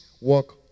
work